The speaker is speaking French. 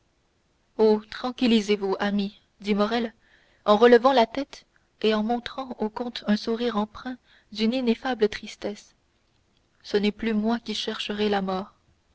tranquillisez-vous ami dit morrel en relevant la tête et en montrant au comte un sourire empreint d'une ineffable tristesse ce n'est plus moi qui chercherai la mort